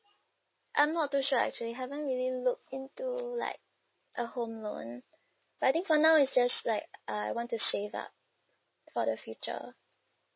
I'm not too sure actually haven't really look into like a home loan but I think for now is just like uh I want to save up for the future